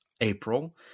April